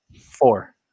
Four